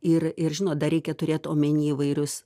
ir ir žinot dar reikia turėt omeny įvairius